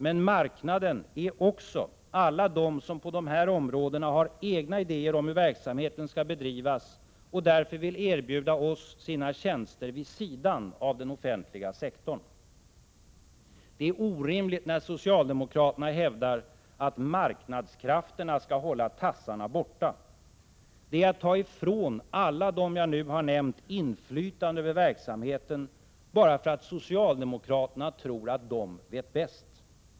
Men marknaden är också alla de som på de här områdena har egna idéer om hur verksamheten skall bedrivas och därför vill erbjuda oss sina tjänster vid sidan om den offentliga sektorn. Det är orimligt när socialdemokraterna hävdar att marknadskrafterna skall hålla tassarna borta. Det är att ta ifrån alla dem som jag nu har nämnt inflytande över verksamheten bara för att socialdemokraterna tror att de vet bäst.